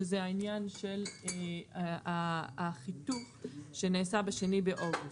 שזה העניין של החיתוך שנעשה ב-2 באוגוסט.